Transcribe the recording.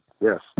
yes